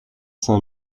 cinq